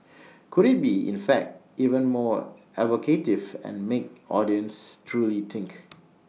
could IT be in fact even more evocative and make audiences truly think